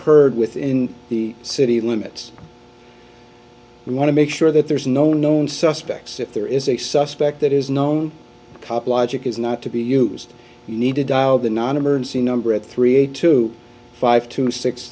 heard within the city limits we want to make sure that there is no known suspects if there is a suspect that is known cop logic is not to be used need to dial the non emergency number at three eight two five